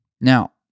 Now